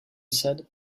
said